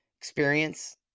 experience